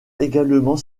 également